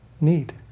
need